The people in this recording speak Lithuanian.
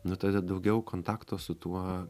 nu tada daugiau kontakto su tuo